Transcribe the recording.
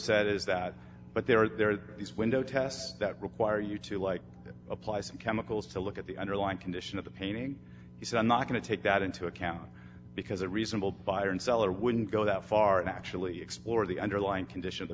is that but there are there are these window tests that require you to like apply some chemicals to look at the underlying condition of the painting he's not going to take that into account because a reasonable buyer and seller wouldn't go that far and actually explore the underlying condition of the